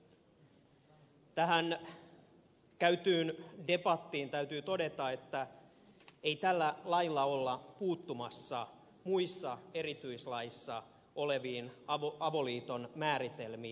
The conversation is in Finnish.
tähän käytyyn debattiin täytyy todeta että ei tällä lailla olla puuttumassa muissa erityislaissa oleviin avoliiton määritelmiin